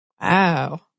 Wow